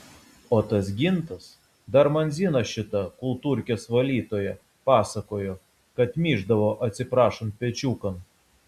o tas gintas dar man zina šita kultūrkės valytoja pasakojo kad myždavo atsiprašant pečiukan